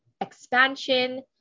expansion